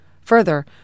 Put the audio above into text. Further